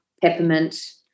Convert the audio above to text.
peppermint